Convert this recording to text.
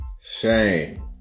Shame